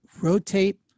rotate